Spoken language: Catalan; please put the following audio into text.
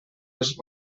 les